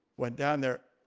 went down there,